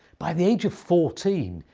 by the age of fourteen,